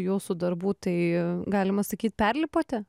jūsų darbų tai galima sakyt perlipote